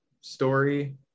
story